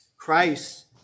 Christ